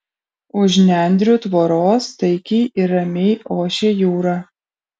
už nendrių tvoros taikiai ir ramiai ošė jūra